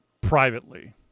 privately